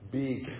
big